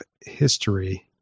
history